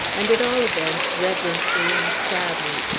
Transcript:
and, at all events, reverently and sadly.